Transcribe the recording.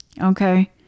okay